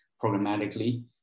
programmatically